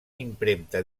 impremta